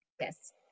Yes